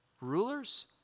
rulers